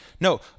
No